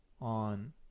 on